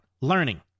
learning